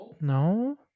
No